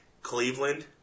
Cleveland